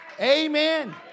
Amen